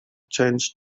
changed